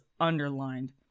underlined